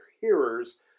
hearers